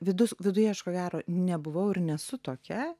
vidus viduj aš ko gero nebuvau ir nesu tokia